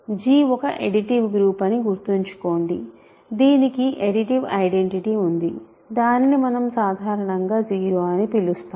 G ఒక additive group అని గుర్తుంచుకోండి దీనికి అడిటివ్ ఐడెంటిటి ఉంది దానిని మనం సాధారణంగా 0 అని పిలుస్తాము